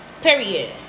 Period